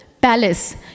palace